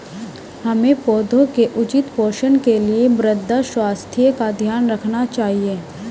हमें पौधों के उचित पोषण के लिए मृदा स्वास्थ्य का ध्यान रखना चाहिए